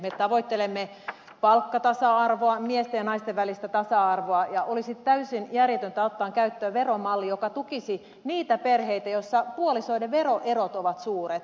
me tavoittelemme palkkatasa arvoa miesten ja naisten välistä tasa arvoa ja olisi täysin järjetöntä ottaa käyttöön veromalli joka tukisi niitä perheitä joissa puolisoiden veroerot ovat suuret